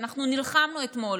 ואנחנו נלחמנו אתמול